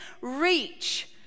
reach